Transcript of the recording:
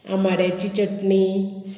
आंबाड्याची चटणी